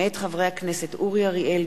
מאת חברי הכנסת אורי אריאל,